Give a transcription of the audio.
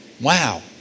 Wow